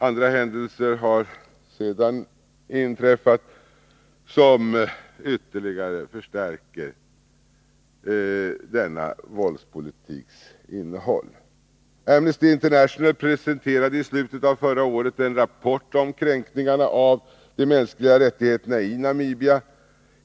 Andra händelser har sedan inträffat som ytterligare förstärker denna våldspolitiks innehåll. Amnesty International presenterade i slutet av förra året en rapport om kränkningarna av de mänskliga rättigheterna i Namibia.